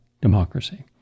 democracy